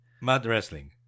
Mud-wrestling